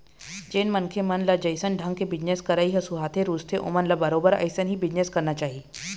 जेन मनखे मन ल जइसन ढंग के बिजनेस करई ह सुहाथे, रुचथे ओमन ल बरोबर अइसन ही बिजनेस करना चाही